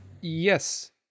Yes